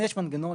יש מנגנון,